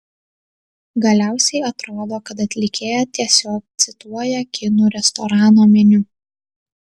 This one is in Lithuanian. galiausiai atrodo kad atlikėja tiesiog cituoja kinų restorano meniu